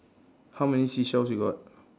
how many seashell you got